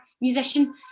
musician